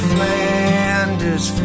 Flanders